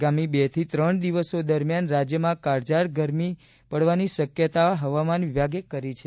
આગામી બે થી ત્રણ દિવસો દરમિયાન રાજ્યમાં કાળઝાળ ગરમી પડવાની શક્યતા હવામાન વિભાગે કરી છે